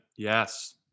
Yes